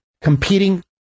competing